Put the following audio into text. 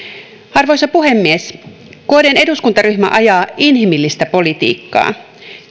arvoisa puhemies kdn eduskuntaryhmä ajaa inhimillistä politiikkaa